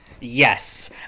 yes